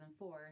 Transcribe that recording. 2004